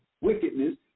wickedness